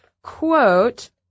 quote